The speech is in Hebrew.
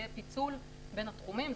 יהיה פיצול בין התחומים,